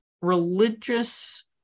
religious